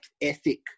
ethic